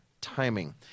timing